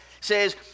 says